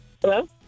Hello